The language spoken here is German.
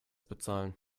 bezahlen